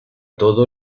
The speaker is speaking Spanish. todo